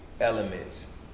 elements